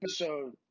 episode